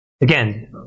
again